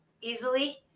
easily